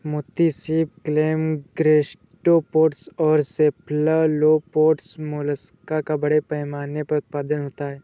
मोती सीप, clam, gastropods और सेफलोपोड्स मोलस्क का बड़े पैमाने पर उत्पादन होता है